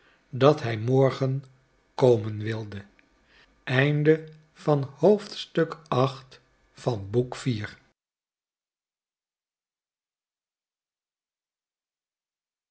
dat hij morgen komen wilde